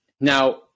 now